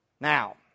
Now